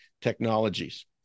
technologies